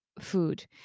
food